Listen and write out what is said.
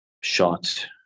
shot